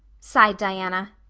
sighed diana,